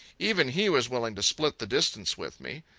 even he was willing to split the distance with me.